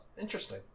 Interesting